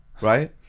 Right